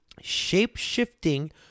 shape-shifting